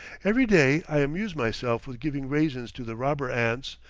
every day i amuse myself with giving raisins to the robber ants,